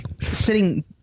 sitting